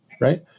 right